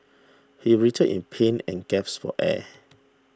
he writhed in pain and gasped for air